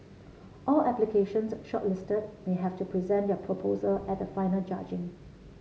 all applications shortlisted may have to present their proposal at the final judging